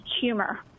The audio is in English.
humor